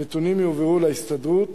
הנתונים יועברו להסתדרות